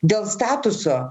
dėl statuso